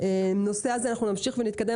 הנושא הזה אנחנו נמשיך ונתקדם,